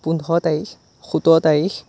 পোন্ধৰ তাৰিখ সোতৰ তাৰিখ